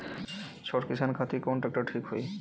छोट किसान खातिर कवन ट्रेक्टर ठीक होई?